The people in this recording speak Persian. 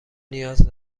نیاز